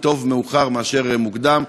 וטוב מאוחר מאשר בכלל לא.